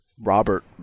Robert